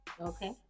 Okay